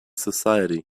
society